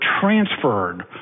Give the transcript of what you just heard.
transferred